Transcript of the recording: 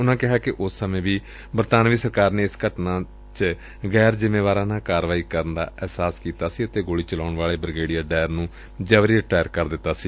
ਉਨਾਂ ਕਿਹਾ ਕਿ ਉਸ ਸਮੇ ਵੀ ਬਰਤਾਨਵੀ ਸਰਕਾਰ ਨੇ ਏਸ ਘਟਨਾ ਵਿਚ ਗੈਰ ਜਿੰਮੇਵਾਰਨਾ ਕਾਰਵਾਈ ਦਾ ਅਹਿਸਾਸ ਕੀਤਾ ਸੀ ਅਤੇ ਗੋਲੀ ਚਲਾਉਣ ਵਾਲੇ ਬਰਿਗੇਡੀਅਰ ਡਾਇਰ ਨੂੰ ਜਬਰੀ ਰਿਟਾਇਰ ਕਰ ਦਿੱਤਾ ਸੀ